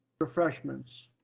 refreshments